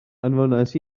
anfonais